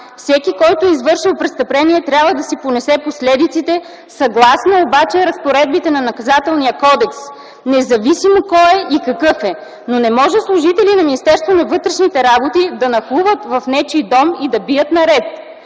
Всеки, който е извършил престъпление, трябва да си понесе последиците съгласно обаче разпоредбите на Наказателния кодекс, независимо кой е и какъв е. Но не може служители на Министерството на вътрешните работи да нахлуват в нечий дом и да бият наред.